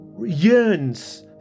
yearns